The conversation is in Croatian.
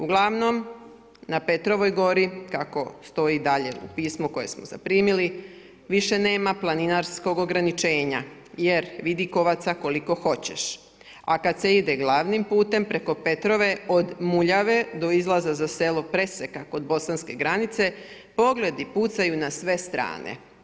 Uglavnom na Petrovoj gori kako stoji dalje u pismu koje smo zaprimili više nema planinarskog ograničenja, jer vidikovaca koliko hoćeš, a kad se ide glavnim putem preko Petrove od Muljave do izlaza za selo Preseka kod bosanske granice pogledi pucaju na sve strane.